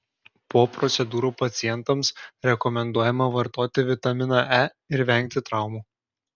po procedūrų pacientams rekomenduojama vartoti vitaminą e ir vengti traumų